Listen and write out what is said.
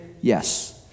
Yes